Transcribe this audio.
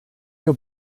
your